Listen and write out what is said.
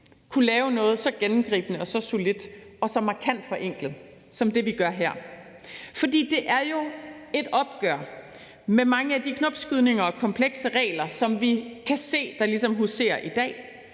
kunne lave noget så gennemgribende, så solidt og så markant forenklet som det, vi gør her. For det er jo et opgør med mange af de knopskydninger og komplekse regler, som vi kan se der ligesom huserer i dag.